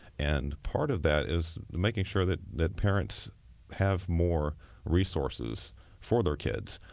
and part of that is making sure that that parents have more resources for their kids.